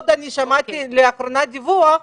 שמעתי לאחרונה דיווח,